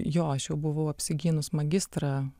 jo aš jau buvau apsigynus magistrą